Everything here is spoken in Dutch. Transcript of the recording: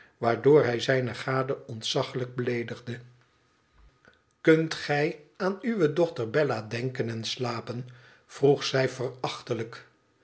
waardoor hij zijne gade ontzaglijk beleedigde kunt gij aan uwe dochter bella denken en slapen vroeg zij